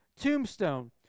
tombstone